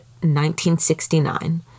1969